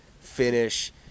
finish